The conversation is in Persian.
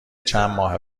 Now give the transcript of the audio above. چندماه